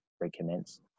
recommence